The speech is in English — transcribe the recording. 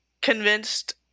convinced